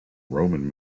roman